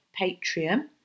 Patreon